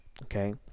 Okay